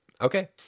Okay